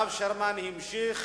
הרב שרמן המשיך